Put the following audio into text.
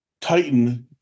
titan